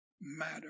matter